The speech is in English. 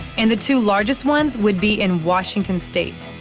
and the two largest ones would be in washington state.